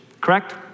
correct